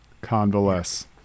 convalesce